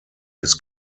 his